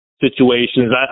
situations